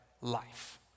life